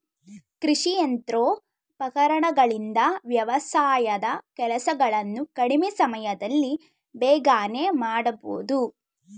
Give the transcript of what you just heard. ಕೃಷಿ ಯಂತ್ರೋಪಕರಣಗಳಿಂದ ವ್ಯವಸಾಯದ ಕೆಲಸಗಳನ್ನು ಕಡಿಮೆ ಸಮಯದಲ್ಲಿ ಬೇಗನೆ ಮಾಡಬೋದು